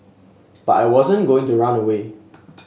but I wasn't going to run away